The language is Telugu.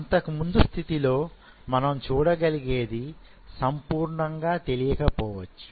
అంతకు ముందు స్థితిలో మనం చూడగలిగేది సంపూర్ణంగా తెలియకపోవచ్చు